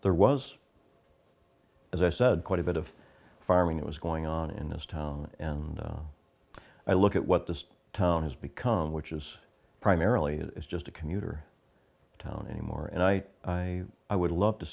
there was as i said quite a bit of farming that was going on in this town and i look at what this town has become which is primarily it's just a commuter town anymore and i i i would love to